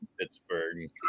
Pittsburgh